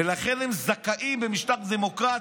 ולכן הם זכאים במשטר דמוקרטי.